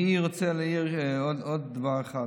אני רוצה להעיר עוד דבר אחד: